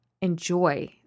enjoy